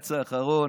לבג"ץ האחרון,